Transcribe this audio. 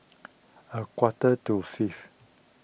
a quarter to five